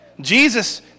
Jesus